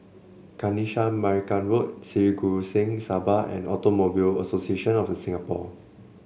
Kanisha Marican Road Sri Guru Singh Sabha and Automobile Association of The Singapore